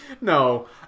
No